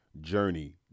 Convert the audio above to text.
journey